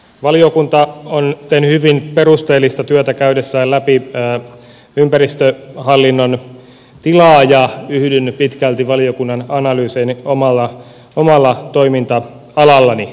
valiokunta on tehnyt hyvin perusteellista työtä käydessään läpi ympäristöhallinnon tilaa ja yhdyn pitkälti valiokunnan analyysiin omalla toiminta alallani